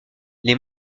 les